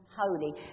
holy